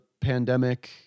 pandemic